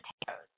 potatoes